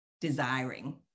desiring